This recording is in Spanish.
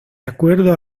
acuerdo